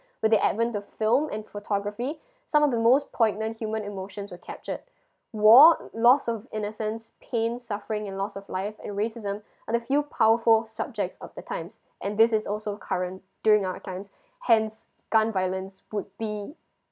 with the advent of film and photography some of the most poignant human emotions were captured war loss of innocents pain suffering and lost of life and racism are the few powerful subjects of the times and this is also current during our times hence gun violence would be